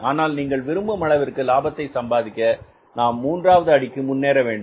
ஆனால் நீங்கள் விரும்பும் அளவிற்கு லாபத்தை சம்பாதிக்க நாம் மூன்றாவது அடிக்கு முன்னேற வேண்டும்